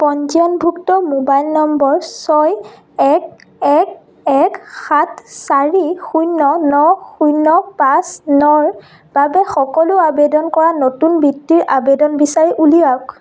পঞ্জীয়নভুক্ত mobile number ছয় এক এক এক সাত চাৰি শূণ্য ন শূণ্য পাঁচ নৰ বাবে সকলো আবেদন কৰা নতুন বৃত্তিৰ আবেদন বিচাৰি উলিয়াওক